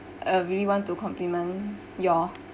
uh really want to compliment your